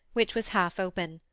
which was half open.